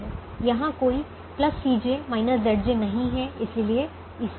यहाँ कोई Cj Zj नहीं है इसलिए इष्टतम है